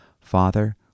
Father